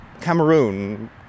Cameroon